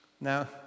Now